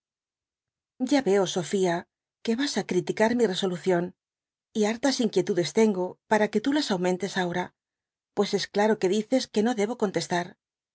a veo sofía que vas á criticar mi resolucion j y hartas inquietudes tengo para que tú las aumentes ahora pues es claro que dices que no debo contestar